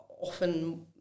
Often